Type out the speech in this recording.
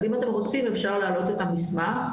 אז אם אתם רוצים אפשר להעלות את המסמך.